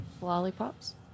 lollipops